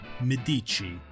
Medici